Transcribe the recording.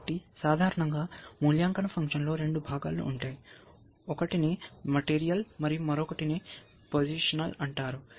కాబట్టి సాధారణంగా మూల్యాంకన ఫంక్షన్లో రెండు భాగాలు ఉంటాయి ఒకటి మెటీరియల్ మరియు మరొకటి పొజిషనల్ అంటారు